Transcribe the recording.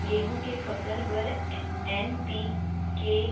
गेहूँ के फसल बर एन.पी.के